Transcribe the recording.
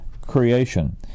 creation